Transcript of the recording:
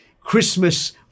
Christmas